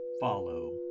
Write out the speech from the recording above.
follow